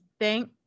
Thank